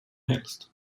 helst